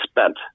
spent